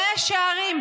במאה שערים,